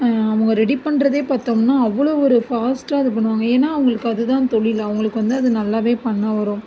அவங்க ரெடி பண்ணுறதே பார்த்தோம்னா அவ்வளோ ஒரு பாஸ்ட்டாக இது பண்ணுவாங்கள் ஏன்னா அவங்களுக்கு அது தான் தொழில் அவங்களுக்கு வந்து அது நல்லாவே பண்ண வரும்